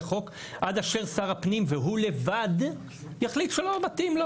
עד אשר שר הפנים הוא לבד, יחליט שלא מתאים לו.